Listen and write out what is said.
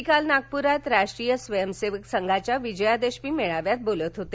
ते काल नागप्रात राष्ट्रीय स्वयंसेवक संघाच्या विजयादशमी मेळाव्यात बोलत होते